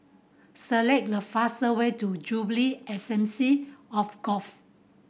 select the fast way to Jubilee Assembly of